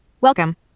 Welcome